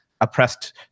oppressed